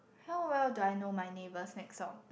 how well do I know my neighbours next door